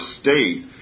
state